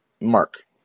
Mark